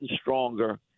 stronger